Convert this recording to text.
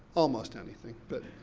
almost anything, but.